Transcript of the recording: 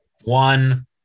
one